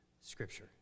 Scripture